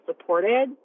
supported